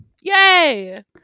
Yay